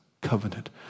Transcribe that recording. covenant